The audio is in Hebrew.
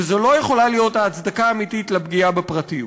וזו לא יכולה להיות ההצדקה האמיתית לפגיעה בפרטיות.